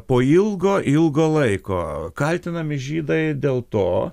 po ilgo ilgo laiko kaltinami žydai dėl to